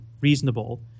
reasonable